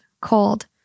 Cold